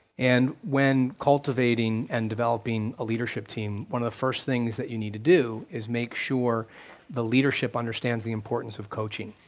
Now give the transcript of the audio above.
and when cultivating and developing a leadership team, one of the first things you that you need to do is make sure the leadership understands the importance of coaching,